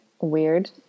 Weird